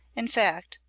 in fact,